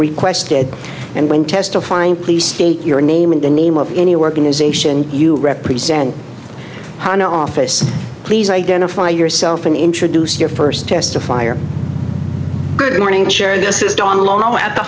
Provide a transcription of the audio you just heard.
requested and when testifying please state your name in the name of any working ization you represent office please identify yourself in introduce your first testifier good morning sharon this is don long at the